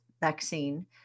vaccine